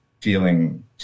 feeling